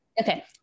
okay